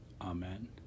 Amen